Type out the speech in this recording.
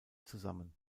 zusammen